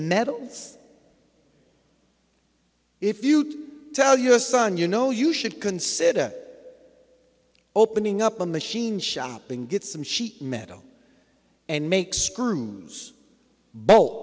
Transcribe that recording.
metals if you tell your son you know you should consider opening up a machine shop and get some sheet metal and make screws both